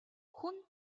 хүн